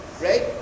right